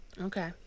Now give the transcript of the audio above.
okay